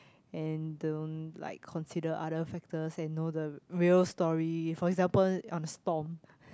and don't like consider other factors and know the real story for example on Stomp